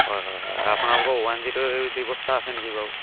হয় হয় হয় আপোনালোকৰ ওৱান জিৰ' এইট ৰ ব্যৱস্থা আছে নেকি বাৰু